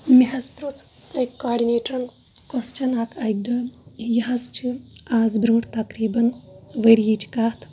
مےٚ حظ پِرُژھ أکۍ کاڈِنیٹرَن کوٚسچَن اَکھ اَکہِ دۄہ یہِ حظ چھِ اَز برونٛٹھ تقریٖباً ؤرۍ یِچ کَتھ